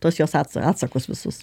tuos jos atsa atsakus visus